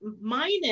Minus